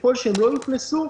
ככל שהם לא יוכנסו,